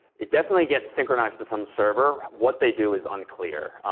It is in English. it definitely gets synchronized to some server. what they do is unclear.